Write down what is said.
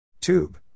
Tube